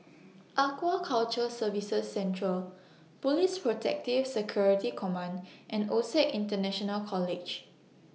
Aquaculture Services Central Police Protective Security Command and OSAC International College